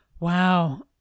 Wow